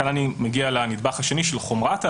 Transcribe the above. כאן אני מגיע לנדבך השני של חומרת העבירות,